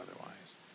otherwise